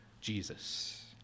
Jesus